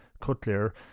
cutler